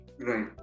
Right